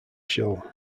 show